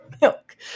milk